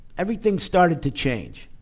everything started to change.